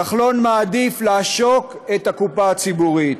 כחלון מעדיף לעשוק את הקופה הציבורית.